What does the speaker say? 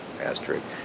asterisk